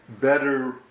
better